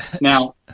Now